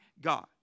God